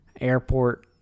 airport